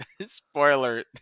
Spoiler